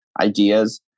ideas